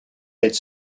deed